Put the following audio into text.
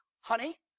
honey